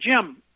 Jim